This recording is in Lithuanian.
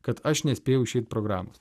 kad aš nespėjau išeit programos